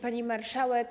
Pani Marszałek!